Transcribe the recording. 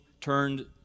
turned